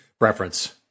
reference